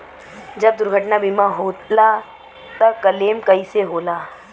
जब दुर्घटना बीमा होला त क्लेम कईसे होला?